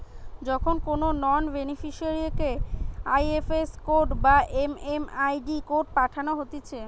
যখন কোনো নন বেনিফিসারিকে আই.এফ.এস কোড বা এম.এম.আই.ডি কোড পাঠানো হতিছে